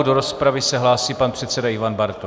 Do rozpravy se hlásí pan předseda Ivan Bartoš.